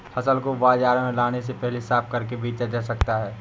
फसल को बाजार में लाने से पहले साफ करके बेचा जा सकता है?